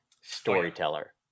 storyteller